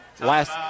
Last